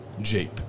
Jeep